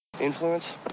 Influence